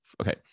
Okay